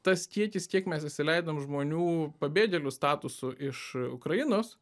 tas kiekis kiek mes įsileidom žmonių pabėgėlių statusu iš ukrainos